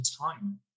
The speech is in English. time